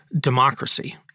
democracy